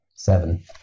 Seven